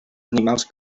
animals